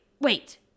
Wait